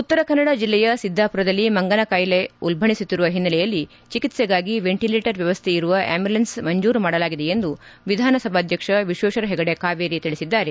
ಉತ್ತರ ಕನ್ನಡ ಜಿಲ್ಲೆಯ ಸಿದ್ದಾಮರದಲ್ಲಿ ಮಂಗನಕಾಯಿಲೆ ಉಲ್ಲಣಿಸುತ್ತಿರುವ ಹಿನ್ನೆಲೆಯಲ್ಲಿ ಚಿಕಿತ್ಸೆಗಾಗಿ ವೆಂಟಿಲೆಟರ್ ವ್ಯವಸ್ಥ ಇರುವ ಅಂಬುಲೆನ್ಸ್ ಮಂಜೂರು ಮಾಡಲಾಗಿದೆ ಎಂದು ವಿಧಾನಸಭಾಧ್ಯಕ್ಷ ವಿಶ್ವೇಶ್ವರ ಹೆಗಡೆಕಾಗೇರಿ ತಿಳಿಸಿದ್ದಾರೆ